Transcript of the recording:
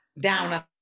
down